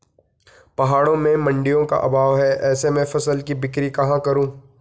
पहाड़ों में मडिंयों का अभाव है ऐसे में फसल की बिक्री कहाँ करूँ?